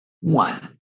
one